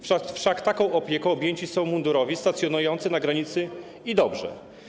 Wszak taką opieką objęci są mundurowi stacjonujący na granicy - i dobrze.